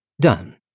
Done